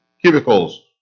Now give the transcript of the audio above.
cubicles